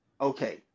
Okay